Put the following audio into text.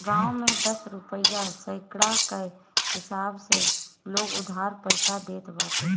गांव में दस रुपिया सैकड़ा कअ हिसाब से लोग उधार पईसा देत बाटे